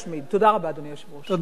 אדוני היושב-ראש, תודה רבה.